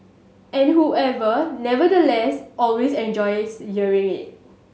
and who ever nevertheless always enjoys hearing it